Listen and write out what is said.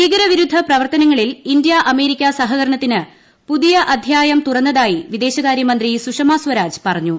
ഭീകരവിരുദ്ധ പ്രവർത്തനങ്ങളിൽ India America സഹകരണത്തിന് പുതിയ അദ്ധ്യായം തുറന്നതായി വിദേശകാര്യമന്ത്രി സുഷമസ്വരാജ് പറഞ്ഞു